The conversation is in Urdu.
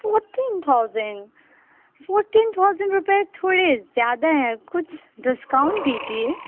فورٹین تھاؤزینڈ فورٹین تھاؤزینڈ روپے تھوڑے زیادہ ہیں کچھ ڈسکاؤنٹ دیجیے